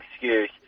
excuse